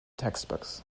textbooks